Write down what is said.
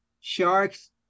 sharks